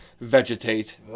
vegetate